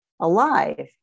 alive